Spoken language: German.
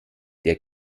der